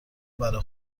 برا